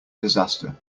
disaster